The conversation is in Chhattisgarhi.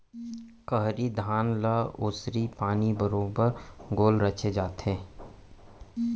खरही धान ल ओसरी पानी बरोबर गोल रचे जाथे